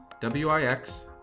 W-I-X